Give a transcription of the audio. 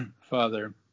Father